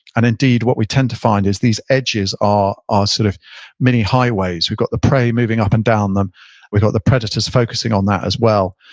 and indeed, what we tend to find is these edges are ah sort of mini-highways. we've got the prey moving up and down them we've got the predators focusing on that as well.